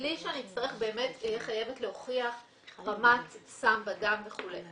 בלי שאני אהיה חייבת להוכיח רמת סם בדם וכולי.